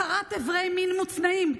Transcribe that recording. כרת איברי מין מוצנעים.